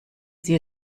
sie